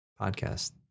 podcast